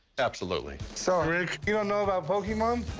absolutely. so, rick, you don't know about pokemon?